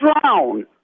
drown